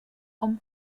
hom